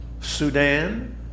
Sudan